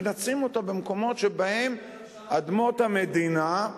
ונשים אותה במקומות שבהם אדמות המדינה,